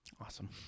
Awesome